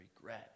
regret